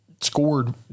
scored